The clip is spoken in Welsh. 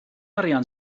arian